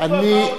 מחלק,